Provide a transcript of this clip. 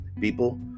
people